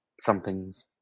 somethings